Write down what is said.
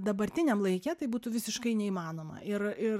dabartiniam laike tai būtų visiškai neįmanoma ir ir